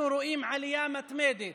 אנחנו רואים עלייה מתמדת